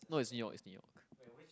no is Neo is neo